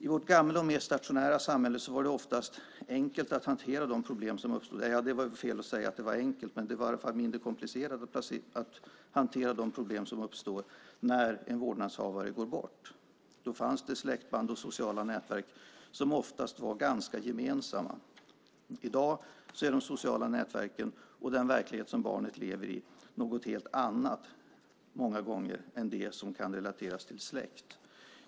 I vårt gamla och mer stationära samhälle var det oftast mindre komplicerat att hantera de problem som uppstår när en vårdnadshavare går bort. Då fanns det släktband och sociala nätverk som oftast var ganska gemensamma. I dag är de sociala nätverken och den verklighet som barnet lever i många gånger något helt annat än det som kan relateras till släkt.